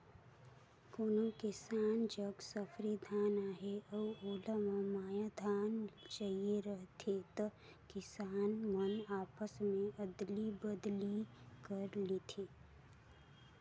कोनो किसान जग सफरी धान अहे अउ ओला महमाया धान चहिए रहथे त किसान मन आपसे में अदली बदली कर लेथे